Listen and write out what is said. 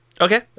Okay